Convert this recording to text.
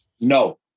No